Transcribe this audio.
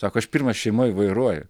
sako aš pirmas šeimoj vairuoju